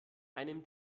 einem